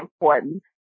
important